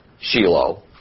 Shiloh